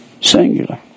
singular